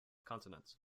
continents